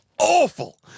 awful